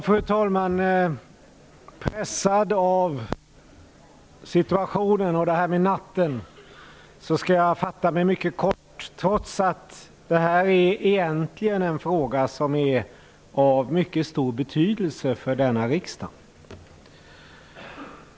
Fru talman! Pressad av situationen och av att det snart är natt skall jag fatta mig mycket kort, trots att det egentligen handlar om en fråga av mycket stor betydelse för denna riksdag.